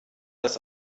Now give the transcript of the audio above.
das